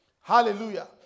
Hallelujah